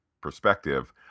perspective